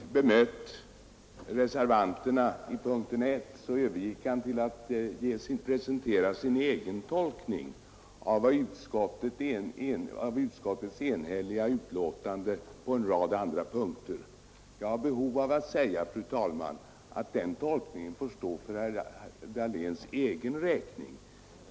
Fru talman! Sedan herr Dahlén hade bemött reservanterna i punkten 1 övergick han till att presentera sin egen tolkning av utskottets enhälliga betänkande på en rad andra punkter. Jag har behov av att säga, fru talman, att den tolkningen får stå för herr Dahléns egen räkning.